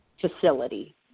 facility